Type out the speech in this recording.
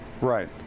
Right